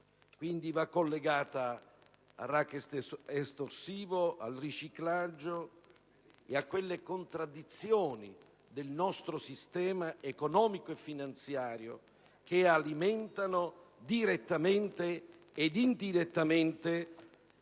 Quindi, va collegata al racket estorsivo, al riciclaggio e a quelle contraddizioni del nostro sistema economico-finanziario che alimentano direttamente e indirettamente